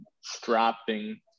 strapping